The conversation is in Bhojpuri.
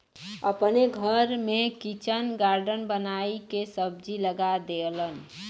अपने घर में किचन गार्डन बनाई के सब्जी लगा देलन